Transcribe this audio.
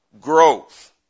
growth